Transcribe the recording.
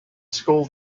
school